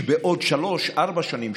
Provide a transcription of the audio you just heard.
שבעוד שלוש-ארבע שנים,